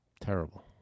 terrible